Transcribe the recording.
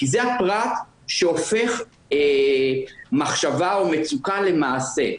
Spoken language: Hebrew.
כי זה הפרט שהופך מחשבה או מצוקה למעשה,